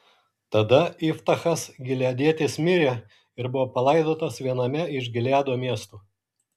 tada iftachas gileadietis mirė ir buvo palaidotas viename iš gileado miestų